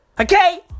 Okay